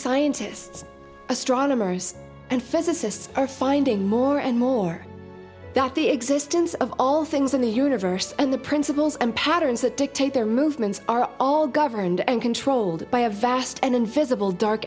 scientists astronomers and physicists are finding more and more that the existence of all things in the universe and the principles and patterns that dictate their movements are all governed and controlled by a vast and invisible dark